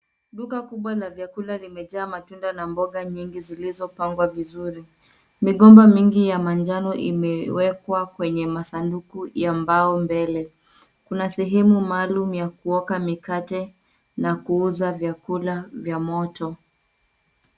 Duka kubwa la vyakula limejaa matunda na mboga nyingi zilizopangwa vizuri. Migomba mingi ya manjano imewekwa kwenye masanduku ya mbao mbele. Kuna sehemu maalumu ya kuoka mikate na kuuza vyakula vya moto.